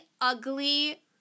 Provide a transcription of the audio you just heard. ugly